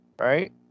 right